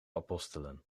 apostelen